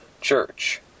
church